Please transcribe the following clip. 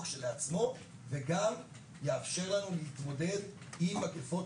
כשלעצמו וגם יאפשר לנו להתמודד עם מגפות,